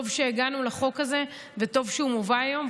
טוב שהגענו לחוק הזה וטוב שהוא מובא היום,